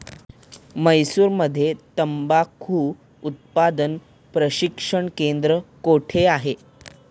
म्हैसूरमध्ये तंबाखू उत्पादन प्रशिक्षण केंद्र कोठे आहे?